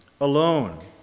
alone